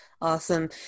Awesome